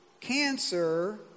Cancer